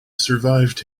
survived